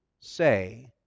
say